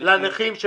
לנכים.